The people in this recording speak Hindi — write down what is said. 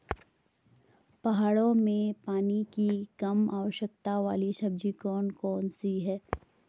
पहाड़ों में पानी की कम आवश्यकता वाली सब्जी कौन कौन सी हैं?